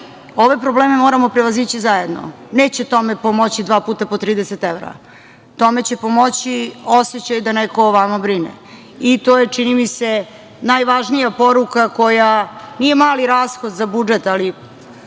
ove probleme moramo prevazići zajedno. Neće tome pomoći dva puta po 30 evra, tome će pomoći osećaj da neko o vama brine. To je čini mi se najvažnija poruka koja nije mali rashod za budžet, ali